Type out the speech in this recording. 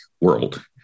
world